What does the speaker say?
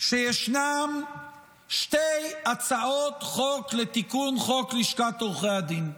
שישנן שתי הצעות חוק לתיקון חוק לשכת עורכי הדין: